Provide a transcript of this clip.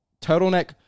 Turtleneck